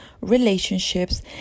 relationships